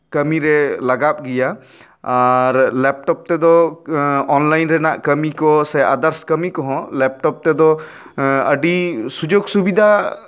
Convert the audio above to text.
ᱠᱟᱹᱢᱤᱨᱮ ᱞᱟᱜᱟᱜ ᱜᱮᱭᱟ ᱟᱨ ᱞᱮᱯᱴᱚᱯ ᱛᱮᱫᱚ ᱚᱱᱞᱟᱭᱤᱱ ᱨᱮᱱᱟᱜ ᱠᱟᱹᱢᱤ ᱠᱚ ᱥᱮ ᱟᱫᱟᱨᱥ ᱠᱟᱹᱢᱤ ᱠᱚᱦᱚᱸ ᱞᱮᱯᱴᱚᱯ ᱛᱮᱫᱚ ᱟᱹᱰᱤ ᱥᱩᱡᱳᱜ ᱥᱩᱵᱤᱫᱷᱟ